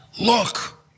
look